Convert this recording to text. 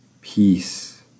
peace